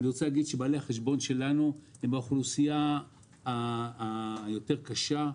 בעלי החשבון שלנו הם האוכלוסייה היותר קשה,